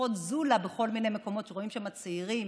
ופותחות זולה בכל מיני מקומות שרואים שם צעירים,